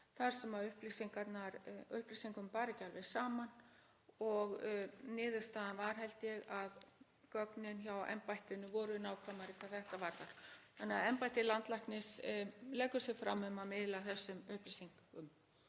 þar sem upplýsingum bar ekki alveg saman og niðurstaðan var, held ég, að gögnin hjá embættinu voru nákvæmari hvað þetta varðar þannig að embætti landlæknis leggur sig fram um að miðla þessum upplýsingum.